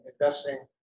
investing